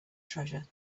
treasure